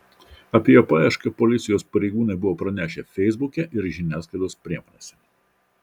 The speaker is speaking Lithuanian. apie jo paiešką policijos pareigūnai buvo pranešę feisbuke ir žiniasklaidos priemonėse